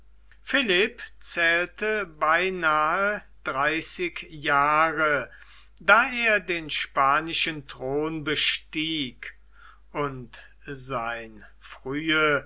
philipp zählte beinahe dreißig jahre da er den spanischen thron bestieg und sein frühe